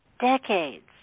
decades